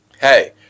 hey